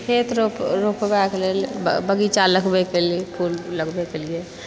खेत रोप रोपबाके लेल बगीचा लगबैके लिए फूल लगबैके लिए